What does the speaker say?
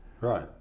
Right